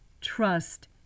trust